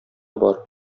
бар